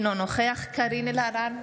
אינו נוכח קארין אלהרר,